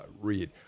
read